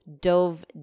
dove